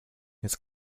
his